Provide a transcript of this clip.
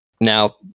Now